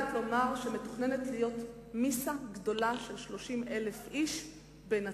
יודעת לומר שמתוכננת מיסה גדולה של 30,000 איש בנצרת.